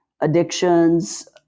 addictions